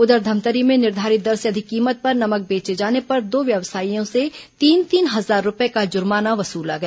इधर धमतरी में निर्धारित दर से अधिक कीमत पर नमक बेचे जाने पर दो व्यवसायियों से तीन तीन हजार रूपये का जुर्माना वसुला गया